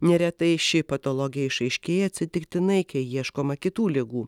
neretai ši patologija išaiškėja atsitiktinai kai ieškoma kitų ligų